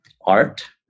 art